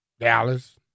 Dallas